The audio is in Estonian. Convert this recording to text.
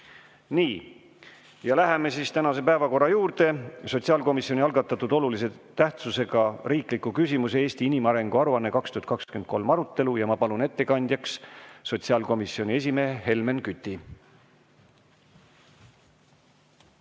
Nii, läheme siis tänase päevakorra juurde: sotsiaalkomisjoni algatatud olulise tähtsusega riikliku küsimuse "Eesti inimarengu aruanne 2023" arutelu. Palun ettekandjaks sotsiaalkomisjoni esimehe Helmen Küti.